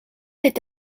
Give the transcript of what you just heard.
est